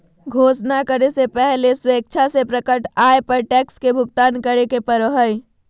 घोषणा करे से पहले स्वेच्छा से प्रकट आय पर टैक्स का भुगतान करे पड़ो हइ